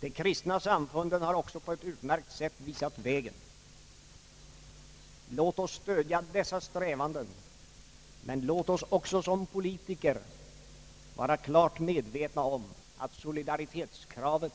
De kristna samfunden har också på ett utmärkt sätt visat vägen. Låt oss stödja dessa strävanden, men låt oss också som politiker vara klart medvetna om att solidaritetskravet